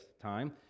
time